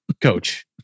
Coach